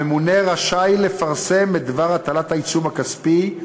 הממונה רשאי לפרסם את דבר הטלת העיצום הכספי,